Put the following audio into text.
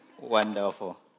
Wonderful